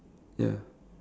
ya